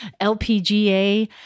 LPGA